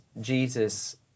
Jesus